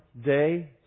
day